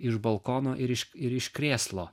iš balkono ir iš ir iš krėslo